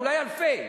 אולי אלפי,